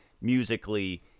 Musically